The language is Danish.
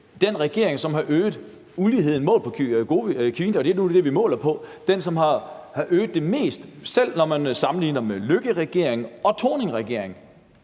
den regering, som har øget uligheden målt på Ginikoefficienten – og det er nu det, vi måler det på – mest, selv når man sammenligner med Løkkeregeringen og Thorningregeringen.